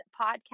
podcast